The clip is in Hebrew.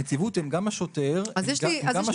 הנציבות היא גם השוטר, גם השופט וגם ההוצאה לפועל.